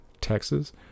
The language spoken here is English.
Texas